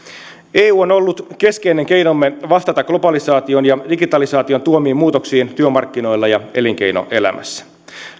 eu on ollut keskeinen keinomme vastata globalisaation ja digitalisaation tuomiin muutoksiin työmarkkinoilla ja elinkeinoelämässä